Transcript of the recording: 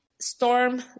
storm